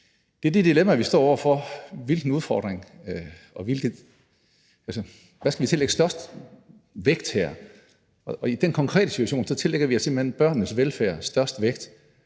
Det er det dilemma, vi står over for, altså hvad man skal tillægge størst vægt. I den her konkrete situation tillægger vi simpelt hen børnenes velfærd størst vægt,